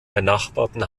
benachbarten